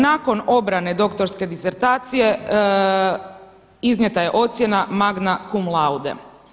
Nakon obrane doktorske disertacije iznijeta je ocjena Magna cum laudem.